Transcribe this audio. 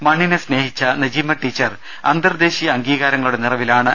മണ്ണിനെ സ് നേഹിച്ച നജീമ ടീച്ചർ അന്തർദേശീയ അംഗീകാരങ്ങളുടെ നിറവിൽ ആണ്